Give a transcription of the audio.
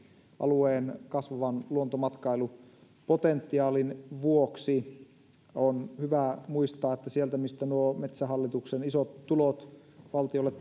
alueen kasvavan luontomatkailupotentiaalin vuoksi on hyvä muistaa että kun sieltä nuo metsähallituksen isot tulot valtiolle